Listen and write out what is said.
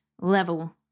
level